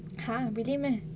!huh! really meh